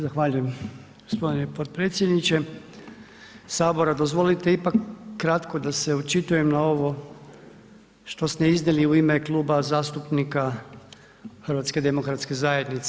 Zahvaljujem g. potpredsjedniče Sabora, dozvolite ipak kratko da se očitujem na ovo što ste iznijeli u ime Kluba zastupnika HDZ-a.